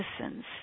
citizens